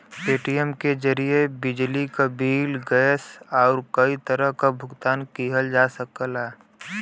Paytm के जरिये बिजली क बिल, गैस बिल आउर कई तरह क भुगतान किहल जा सकला